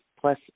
plus